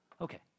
okay